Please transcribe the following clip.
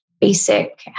basic